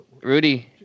Rudy